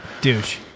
douche